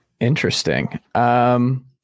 Interesting